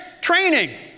training